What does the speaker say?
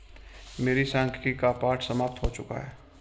मेरे सांख्यिकी का पाठ समाप्त हो चुका है